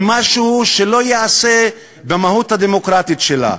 משהו שלא ייעשה במהות הדמוקרטית שלה.